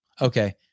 Okay